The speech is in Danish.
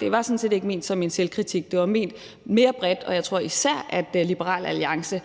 det var sådan set ikke ment som en selvkritik. Det var ment mere bredt, og jeg tror, at især Liberal Alliance